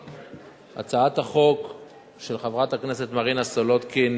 הצעת החוק של חברת הכנסת מרינה סולודקין,